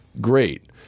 great